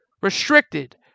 Restricted